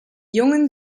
jungen